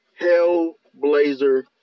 Hellblazer